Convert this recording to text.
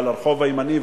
על הרחוב הימני,